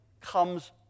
comes